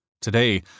Today